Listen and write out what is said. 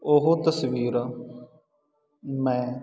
ਉਹ ਤਸਵੀਰ ਮੈਂ